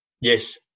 Yes